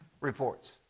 reports